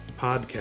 podcast